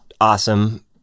awesome